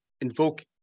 invoke